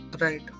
Right